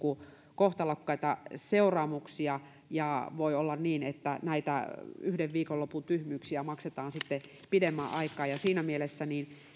kohtalokkaita seuraamuksia ja voi olla niin että näitä yhden viikonlopun tyhmyyksiä maksetaan sitten pidemmän aikaa siinä mielessä